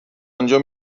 انجا